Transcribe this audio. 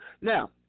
Now